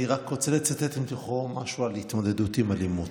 אני רק רוצה לצטט מתוכו משהו על התמודדות עם אלימות.